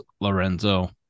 Lorenzo